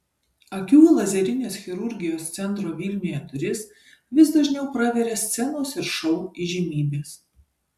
akių lazerinės chirurgijos centro vilniuje duris vis dažniau praveria scenos ir šou įžymybės